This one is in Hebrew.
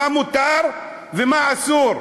מה מותר ומה אסור.